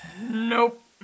Nope